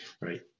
Right